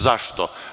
Zašto?